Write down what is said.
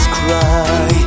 cry